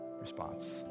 response